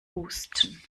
husten